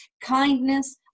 kindness